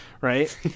right